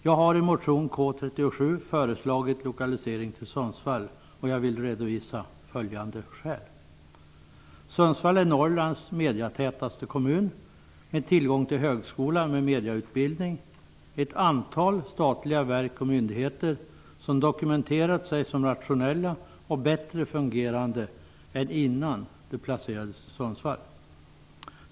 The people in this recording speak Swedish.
Jag har i motion K37 föreslagit lokalisering till Sundsvall, och jag vill redovisa följande skäl: Sundsvall är Norrlands ''mediatätaste'' kommun med tillgång till högskola med mediautbildning och ett antal statliga verk och myndigheter som dokumenterat sig som rationella och bättre fungerande än innan de placerades i Sundsvall.